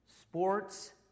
Sports